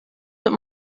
that